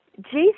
Jesus